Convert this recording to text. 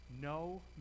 No